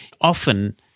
Often